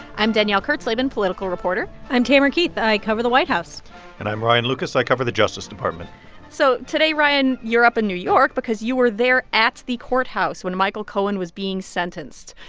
i'm danielle kurtzleben, political reporter i'm tamara keith. i cover the white house and i'm ryan lucas. i cover the justice department so today, ryan, you're up in new york because you were there at the courthouse when michael cohen was being sentenced.